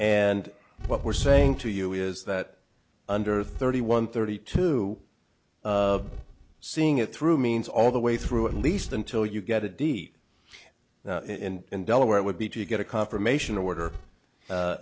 and what we're saying to you is that under thirty one thirty two seeing it through means all the way through at least until you get a deed in delaware it would be to get a confirmation order